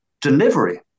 delivery